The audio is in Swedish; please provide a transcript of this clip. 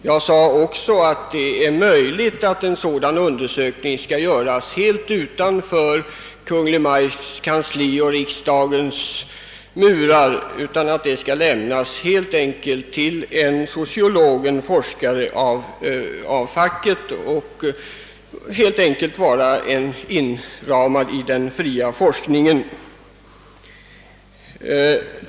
Jag sade också att det är möjligt att en sådan undersökning skall göras av en sociologisk forskare som ett led i den fria forskningen helt utanför Kungl. Maj:ts kansli och riksdagens murar.